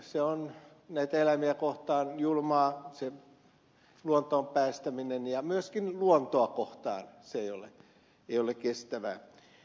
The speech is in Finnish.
se luontoon päästäminen on näitä eläimiä kohtaan julmaa ja myöskään luontoa kohtaan se ei ole kestävää